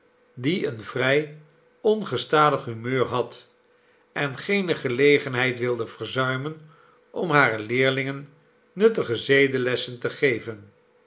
die een vrij ongestadig humeur had en geene gelegenheid wilde verzuimen om hare leerlingen nuttige zedelessen te geven